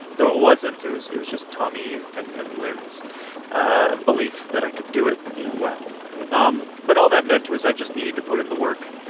though it wasn't. it was it was just tommy's and and lin's ah belief that i could do it yeah well yeah um but all that meant was, i just needed to put in the work,